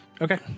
Okay